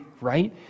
right